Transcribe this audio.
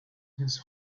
his